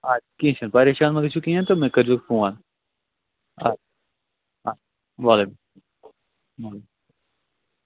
اَدٕ کیٚنٛہہ چھُنہٕ پریشان مہٕ گٔژھِو کیٚنٛہہ تہٕ مےٚ کٔرۍزیٚو فون اَدٕ سا وعلیکُم السلام